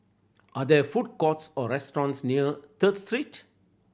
are there food courts or restaurants near Third Street